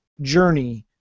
Journey